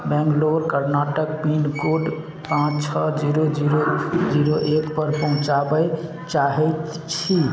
Bangalore Karnataka pin code पाँच छओ zero zero zero एकपर पहुँचाबै चाहै छी